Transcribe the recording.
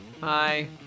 Hi